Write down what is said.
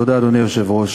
תודה, אדוני היושב-ראש.